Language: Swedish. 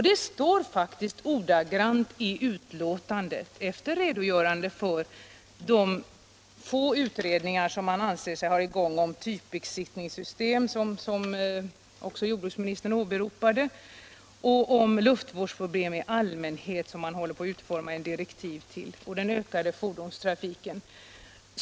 Det finns i utskottets betänkande en redogörelse för de få utredningar som man säger sig ha i gång: om typbesiktningssystem, som jordbruksministern åberopade, om luftvårdsproblem i allmänhet, som man håller på att utforma direktiv till, och om ökningen av fordonstrafiken.